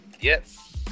Yes